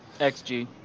xg